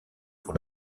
pour